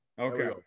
Okay